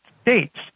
states